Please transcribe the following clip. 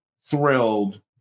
thrilled